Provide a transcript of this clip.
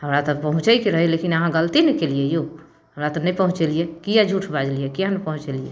हमरा तऽ पहुँचैके रहै लेकिन अहाँ गलती ने केलिए यौ हमरा तऽ नहि पहुँचेलिए किएक झूठ बाजलिए किएक नहि पहुँचेलिए अँए